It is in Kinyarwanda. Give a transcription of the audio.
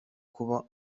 kuba